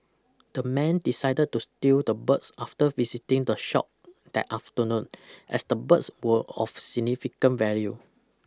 the men decided to steal the birds after visiting the shop that afternoon as the birds were of significant value